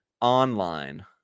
online